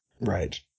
Right